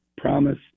promise